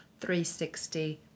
360